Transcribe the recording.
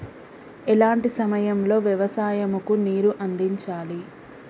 ఎలాంటి సమయం లో వ్యవసాయము కు నీరు అందించాలి?